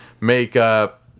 makeup